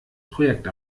projekt